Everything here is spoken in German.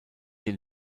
den